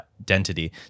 identity